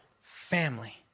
family